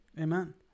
Amen